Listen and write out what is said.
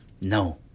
No